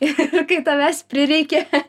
ir kai tavęs prireikia